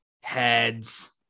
heads